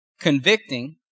convicting